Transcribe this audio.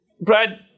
Brad